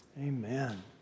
Amen